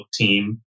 team